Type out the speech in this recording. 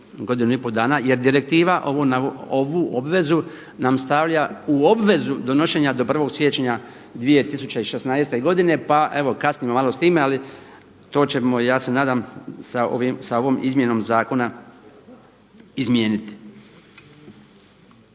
godinu i pol dana jer direktiva ovu obvezu nam stavlja u obvezu donošenja do 1. siječnja 2016. godine pa evo kasnimo malo s time ali to ćemo ja se nadam sa ovom izmjenom zakona izmijeniti.